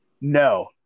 No